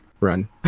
Run